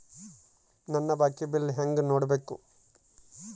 ನನ್ನ ಬಾಕಿ ಬಿಲ್ ಹೆಂಗ ನೋಡ್ಬೇಕು?